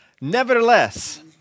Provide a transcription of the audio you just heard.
Nevertheless